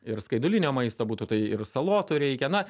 ir skaidulinio maisto būtų tai ir salotų reikia na